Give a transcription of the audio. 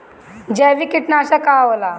जैविक कीटनाशक का होला?